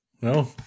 no